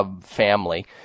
family